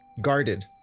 Guarded